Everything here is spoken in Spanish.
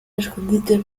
escondites